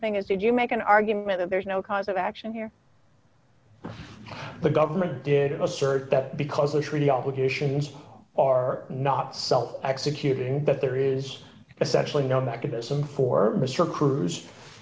thing as did you make an argument that there is no cause of action here the government did a search that because the treaty obligations are not self executing but there is essentially no mechanism for mr cruz